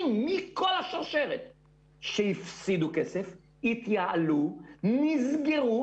שהפסידו כסף, התייעלו ונסגרו.